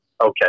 okay